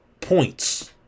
points